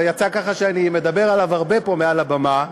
ויצא ככה שאני מדבר עליו הרבה פה מעל הבמה,